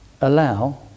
allow